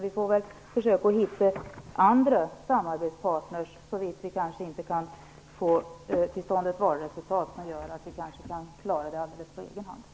Vi får försöka att hitta andra samarbetspartner, såvitt vi inte kan få till stånd ett valresultat som gör att vi kan klara detta alldeles på egen hand.